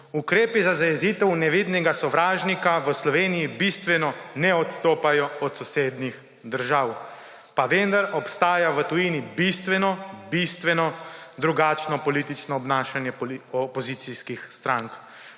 Ukrepi za zajezitev nevidnega sovražnika v Sloveniji bistveno ne odstopajo od sosednjih držav, pa vendar obstaja v tujini bistveno, bistveno drugačno politično obnašanje opozicijskih strank.